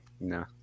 no